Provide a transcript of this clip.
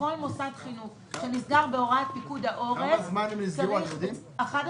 כל מוסד חינוך שנסגר בהוראת פיקוד העורף צריך להיות